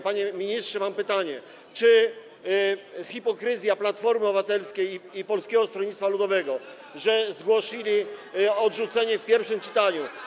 Panie ministrze, mam pytanie: Czy hipokryzja Platformy Obywatelskiej i Polskiego Stronnictwa Ludowego, [[Poruszenie na sali]] że złożyli wniosek o odrzucenie w pierwszym czytaniu.